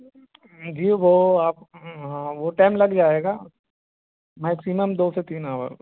جی وہ آپ ہاں وہ ٹائم لگ جائے گا میکسیمم دو سے تین آور